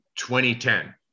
2010